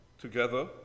Together